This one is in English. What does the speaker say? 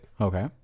Okay